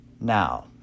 Now